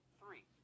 three